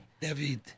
David